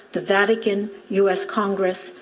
the vatican, us congress,